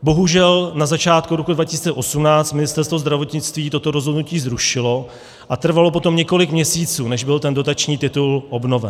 Bohužel na začátku roku 2018 Ministerstvo zdravotnictví toto rozhodnutí zrušilo a trvalo potom několik měsíců, než byl ten dotační titul obnoven.